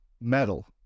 metal